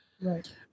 Right